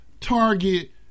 target